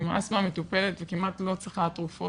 עם אסטמה מטופלת וכמעט לא צריכה תרופות,